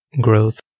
growth